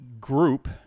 group